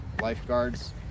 Lifeguards